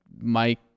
Mike